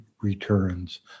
returns